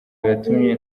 yatumye